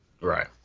right